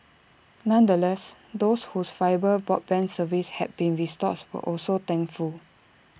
nonetheless those whose fibre broadband service had been restored were also thankful